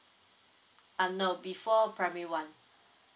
uh no before primary one